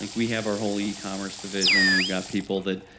like we have our whole yeah ecommerce division, we've got people that.